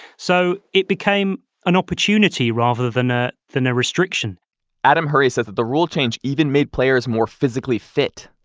so it became an opportunity rather than ah than a restriction adam hurrey says that the rule change even made players more physically fit.